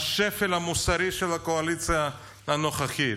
השפל המוסרי של הקואליציה הנוכחית.